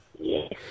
yes